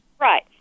Right